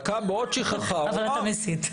בעוד שכחה --- אבל אתה מסית.